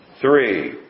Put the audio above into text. three